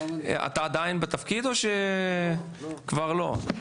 אתה עדיין בתפקיד או שכבר לא?